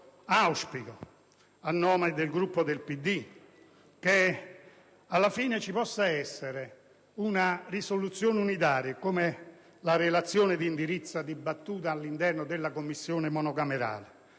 auspico, a nome del Gruppo del PD, che, alla fine, si possa pervenire ad una risoluzione unitaria, come, ad esempio, la relazione di indirizzo dibattuta all'interno della Commissione monocamerale.